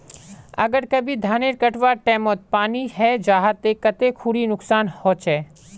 अगर कभी धानेर कटवार टैमोत पानी है जहा ते कते खुरी नुकसान होचए?